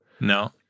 no